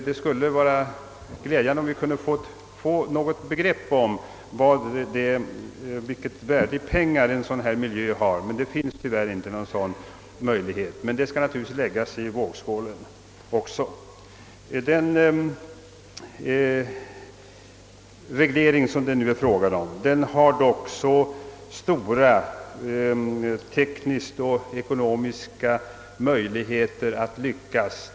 Det skulle vara glädjande om vi kunde få något begrepp om vilket värde i pengar en sådan miljö bör åsättas. Detta skall naturligtvis också läggas i vågskålen. Den reglering som det nu är fråga om har stora tekniska och ekonomiska möjligheter att lyckas.